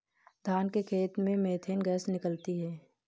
धान के खेत से मीथेन गैस निकलती है